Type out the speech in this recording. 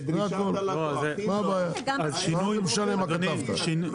תן לי